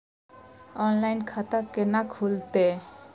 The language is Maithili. ऑनलाइन खाता केना खुलते?